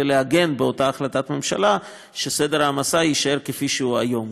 ולעגן באותה החלטת ממשלה שסדר ההעמסה יישאר כפי שהוא היום,